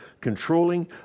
controlling